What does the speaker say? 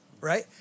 right